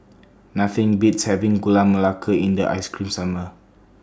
Nothing Beats having Gula Melaka in The Ice Cream Summer